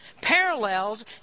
parallels